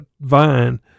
vine